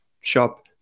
shop